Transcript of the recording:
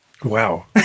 Wow